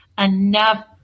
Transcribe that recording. enough